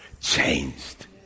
changed